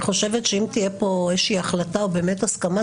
אני חושבת שאם תהיה פה החלטה או הסכמה,